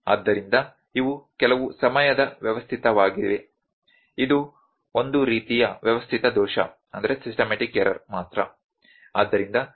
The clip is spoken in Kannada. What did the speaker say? ಆದ್ದರಿಂದ ಇವು ಕೆಲವು ಸಮಯದ ವ್ಯವಸ್ಥಿತವಾಗಿವೆ ಇದು ಒಂದು ರೀತಿಯ ವ್ಯವಸ್ಥಿತ ದೋಷ ಮಾತ್ರ